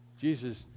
Jesus